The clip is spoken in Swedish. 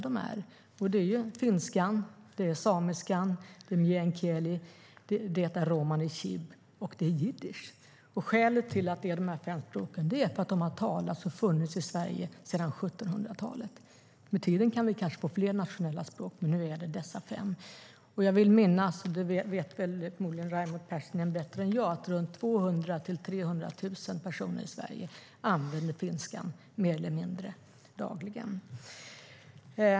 Det är ju finska, samiska, meänkieli, romani chib, och jiddisch. Skälet till att vi har dessa fem minoritetsspråk är att de har talats och funnits i Sverige sedan 1700-talet. Med tiden kan vi kanske få fler nationella språk, men än så länge har vi dessa fem. Jag vill minnas - och det vet säkert Raimo Pärssinen bättre än jag - att det är 200 000-300 000 personer i Sverige som använder finska mer eller mindre dagligen.